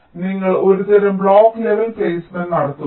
അതിനാൽ നിങ്ങൾ ഒരുതരം ബ്ലോക്ക് ലെവൽ പ്ലേസ്മെന്റ് നടത്തുക